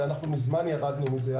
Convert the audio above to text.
אבל מזמן ירדנו מזה,